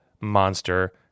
monster